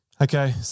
Okay